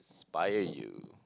spy you